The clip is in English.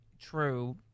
true